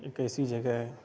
ایک ایسی جگہ ہے